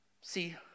See